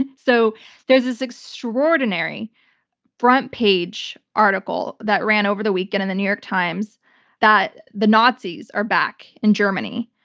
and so there's this extraordinary front page article that ran over the weekend in the new york times that the nazis are back in germany.